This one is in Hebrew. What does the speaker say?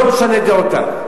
לא משנה דעותיו.